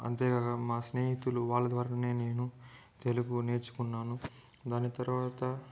అంతేకాక మా స్నేహితులు వాళ్ళ ద్వారానే నేను తెలుగు నేర్చుకున్నాను దాని తర్వాత